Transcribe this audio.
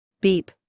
Beep